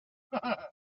anyada